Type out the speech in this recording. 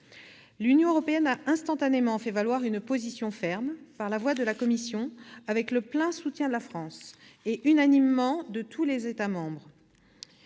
L'Union européenne a instantanément fait valoir une position ferme, par la voix de la Commission, avec le plein soutien de la France et, unanimement, de tous les États membres.